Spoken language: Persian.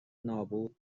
نابود